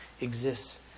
exists